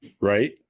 Right